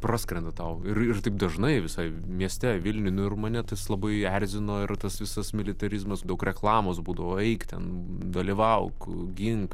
praskrenda tau ir ir taip dažnai visai mieste vilniuj nu ir mane tas labai erzino ir tas visas militarizmas daug reklamos būdavo eik ten dalyvauk gink